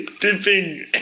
dipping